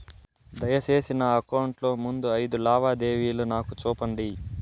దయసేసి నా అకౌంట్ లో ముందు అయిదు లావాదేవీలు నాకు చూపండి